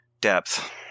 depth